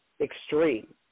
extreme